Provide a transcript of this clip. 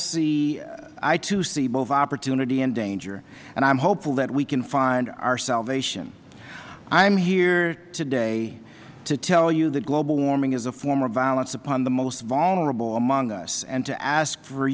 too see both opportunity and danger and i am hopeful that we can find our salvation i am here today to tell you that global warming is a form of violence upon the most vulnerable among us and to ask for